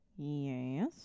Yes